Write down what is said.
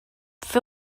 fer